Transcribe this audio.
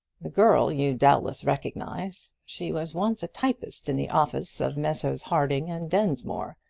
the girl you doubtless recognize. she was once a typist in the office of messrs. harding and densmore.